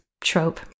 trope